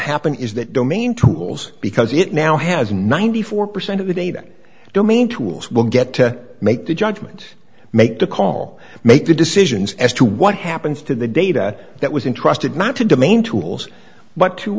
happen is that domain tools because it now has a ninety five percent of the data domain tools will get to make that judgment make the call make the decisions as to what happens to the data that was intrusted not to demean tools but to